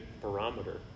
barometer